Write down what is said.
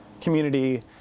community